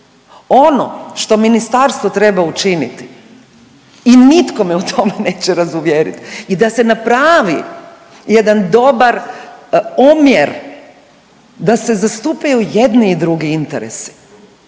Ono što ministarstvo treba učiniti i nitko me u tome neće razuvjeriti i da se napravi jedan dobar omjer da se zastupaju jedni i drugi interesi,